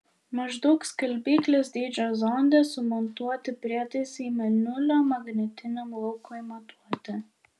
maždaug skalbyklės dydžio zonde sumontuoti prietaisai mėnulio magnetiniam laukui matuoti